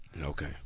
Okay